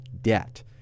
debt